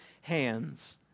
hands